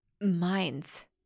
minds